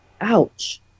Ouch